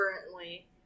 currently